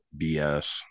BS